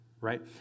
right